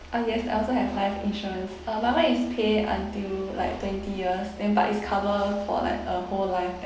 uh yes I also have life insurance uh my one is pay until like twenty years then but is cover for like a whole life that